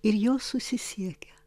ir jos susisiekia